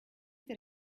that